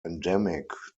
endemic